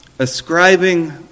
ascribing